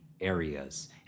areas